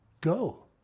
go